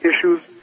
issues